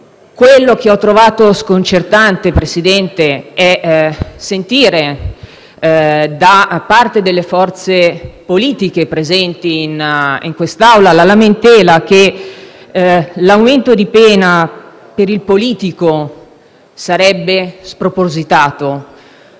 Quello che ho trovato sconcertante, signor Presidente, è stato sentire da parte delle forze politiche presenti in quest'Aula la lamentela che l'aumento di pena per il politico sarebbe spropositato.